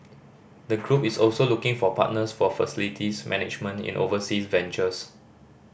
the group is also looking for partners for facilities management in overseas ventures